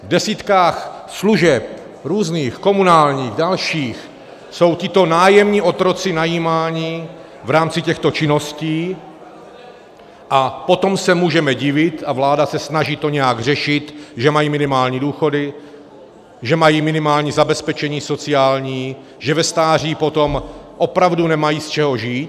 V desítkách služeb různých, komunálních, dalších jsou tito nájemní otroci najímáni v rámci těchto činností, a potom se můžeme divit, a vláda se snaží to nějak řešit, že mají minimální důchody, že mají minimální zabezpečení sociální, že ve stáří potom opravdu nemají z čeho žít.